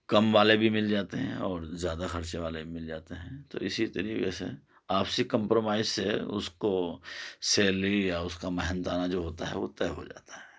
کم والے بھی مل جاتے ہیں اور زیادہ خرچے والے بھی مل جاتے ہیں تو اسی طریقے سے آپسی کمپرومائز سے اس کو سیلری یا اس کا محنتانہ جو ہوتا ہے وہ طے ہو جاتا ہے